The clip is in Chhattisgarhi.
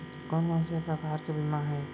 कोन कोन से प्रकार के बीमा हे?